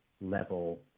level